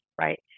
right